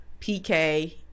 PK